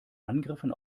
angriffen